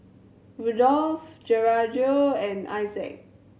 Rudolph Gregorio and Isaac